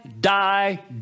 die